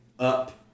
up